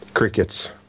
Crickets